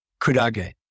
kudage